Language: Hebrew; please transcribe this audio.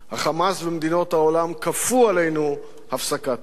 ה"חמאס" ומדינות העולם כפו עלינו הפסקת אש,